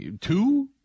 two